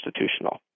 institutional